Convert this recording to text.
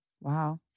Wow